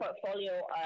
portfolio